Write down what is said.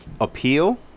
appeal